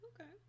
Okay